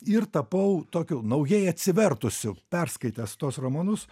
ir tapau tokiu naujai atsivertusių perskaitęs tuos romanus